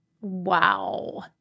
Wow